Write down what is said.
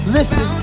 Listen